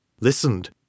listened